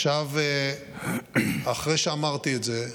עכשיו, אחרי שאמרתי את זה,